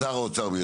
שר האוצר.